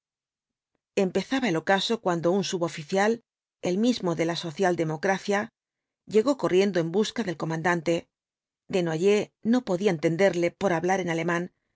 empezaba el ocaso cuando un suboficial el mismo de la social democracia llegó corriendo en busca del comandante desnoyers no podía entenderle por hablar en alemán